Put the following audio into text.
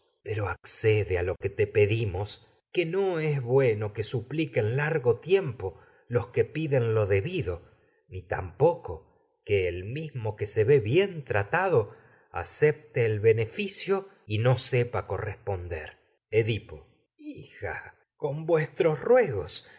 de tus no es ojos que pero accede te pedimos que bueno supliquen largo tiempo los que piden lo debido ni tampoco que el mismo que se ve bien tratado acepte el beneficio y no sepa corresponder vuestros ruegos